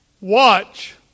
Watch